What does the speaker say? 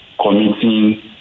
committing